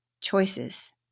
choices